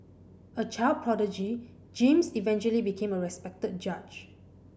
a child prodigy James eventually became a respected judge